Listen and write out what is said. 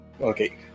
Okay